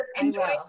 enjoy